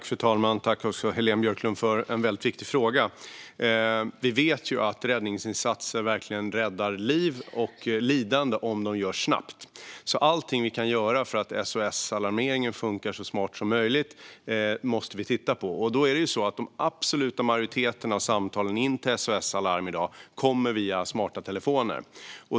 Fru talman! Jag tackar Heléne Björklund för en väldigt viktig fråga. Vi vet att räddningsinsatser verkligen räddar liv och minskar lidande om de görs snabbt. Vi måste därför titta på allt som vi kan göra för att SOS-alarmeringen ska funka så smart som möjligt. Den absoluta majoriteten av samtalen in till SOS Alarm i dag kommer via smarta telefoner.